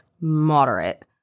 moderate